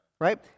right